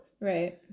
Right